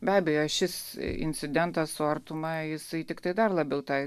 be abejo šis incidentas su artuma jisai tiktai dar labiau tą